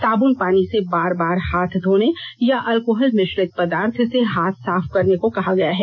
साबन पानी से बार बार हाथ धोने या अल्कोहल मिश्रित पदार्थ से हाथ साफ करने को कहा गया है